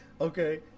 Okay